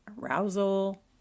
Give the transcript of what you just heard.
arousal